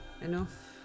enough